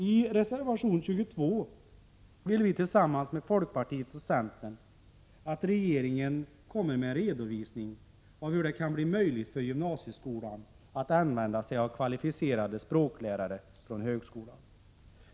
I reservation 22 vill vi tillsammans med folkpartiet och centern att regeringen kommer med en redovisning av hur det kan bli möjligt för gymnasieskolan att använda sig av kvalificerade språklärare från högskolan.